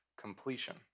completion